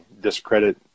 discredit